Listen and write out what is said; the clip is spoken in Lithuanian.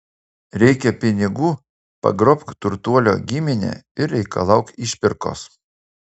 reikia pinigų pagrobk turtuolio giminę ir reikalauk išpirkos